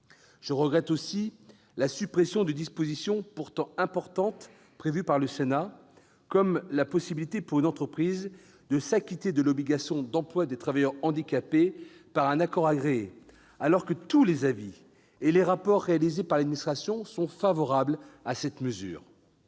Je regrette aussi la suppression de dispositions, pourtant importantes, prévues par le Sénat, comme la possibilité pour une entreprise de s'acquitter de l'obligation d'emploi des travailleurs handicapés par un accord agréé, alors que tous les avis et les rapports réalisés par l'administration sont favorables à cette mesure.